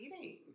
eating